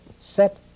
set